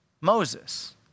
Moses